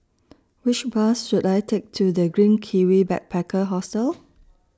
Which Bus should I Take to The Green Kiwi Backpacker Hostel